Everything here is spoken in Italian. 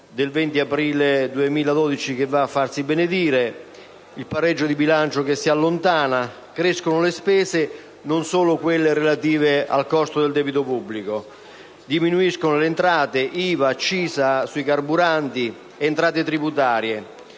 del 20 aprile 2012 - che va a farsi benedire e il pareggio di bilancio che si allontana. Crescono le spese, non solo quelle relative al costo del debito pubblico; diminuiscono le entrate: IVA, accise sui carburanti, entrate tributarie.